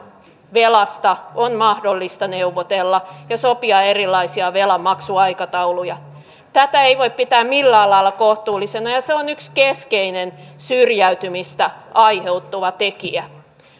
velasta on mahdollista neuvotella ja sopia erilaisia velanmaksuaikatauluja tätä ei voi pitää millään lailla kohtuullisena ja se on yksi keskeinen syrjäytymistä aiheuttava tekijä